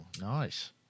nice